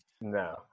No